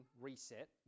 reset